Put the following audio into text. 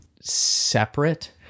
separate